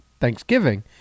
Thanksgiving